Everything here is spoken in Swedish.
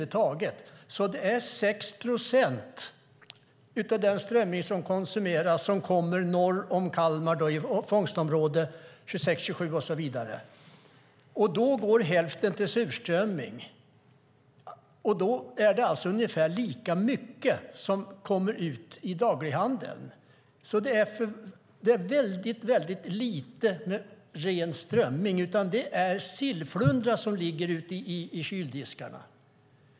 Det är 6 procent av den strömming som konsumeras som kommer från fångstområdena 26, 27 och så vidare norr om Kalmar. Hälften går till surströmming. Det är alltså ungefär lika mycket som kommer ut i daglighandeln. Det är väldigt lite ren strömming. Det är sillflundra som ligger i kyldiskarna.